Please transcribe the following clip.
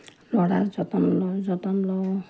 ল'ৰাৰ যতন লওঁ যতন লওঁ